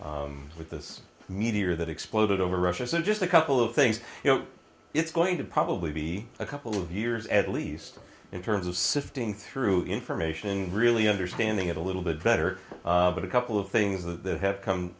friday with this meteor that exploded over russia sent just a couple of things you know it's going to probably be a couple of years at least in terms of sifting through information really understanding it a little bit better but a couple of things that have come